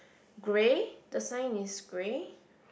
grey the sign is grey